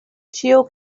ĉio